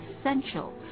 essential